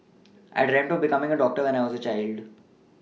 I dreamt of becoming a doctor when I was a child